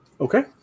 Okay